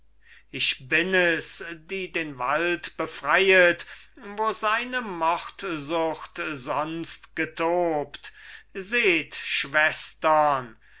ich bin es die den wald befreiet wo seine mordsucht sonst getobt seht